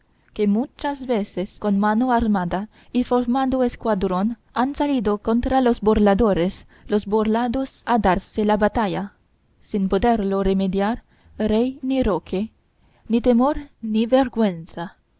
que muchas veces con mano armada y formado escuadrón han salido contra los burladores los burlados a darse la batalla sin poderlo remediar rey ni roque ni temor ni vergüenza